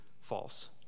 false